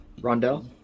Rondell